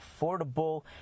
affordable